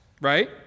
right